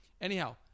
anyhow